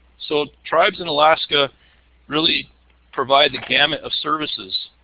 so, tribes in alaska really provide the gamut of services,